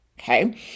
Okay